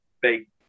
big